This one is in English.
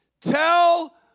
Tell